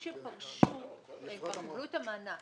אנשים שפרשו כבר קיבלו את המענק.